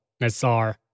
Nazar